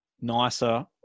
nicer